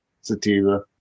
Sativa